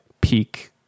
peak